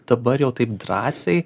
dabar jau taip drąsiai